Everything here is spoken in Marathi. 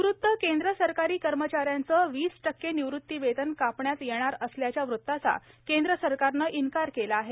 निवृत केंद्र सरकारी कर्मचाऱ्यांच वीस टक्के निवृत्ती वेतन कापण्यात येणार असल्याच्या वृताचा केंद्र सरकारनं इन्कार केला आहे